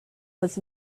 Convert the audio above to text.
was